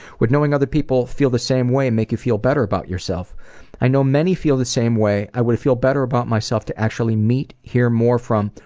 would knowing other people feel the same way and make you feel better about yourself i know many feel the same way. i would feel better about myself to actually meet, hear more from,